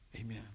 Amen